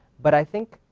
but i think